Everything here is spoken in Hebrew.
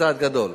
צעד גדול.